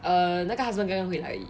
err 那个 husband 刚刚回来而已